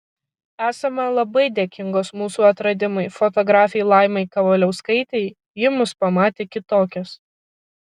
esame labai dėkingos mūsų atradimui fotografei laimai kavaliauskaitei ji mus pamatė kitokias